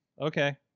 okay